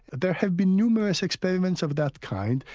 there have been numerous experiments of that kind.